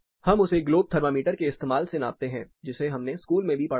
हम उसे globe thermometer के इस्तेमाल से नापते हैं जिसे हमने स्कूल में भी पढ़ा था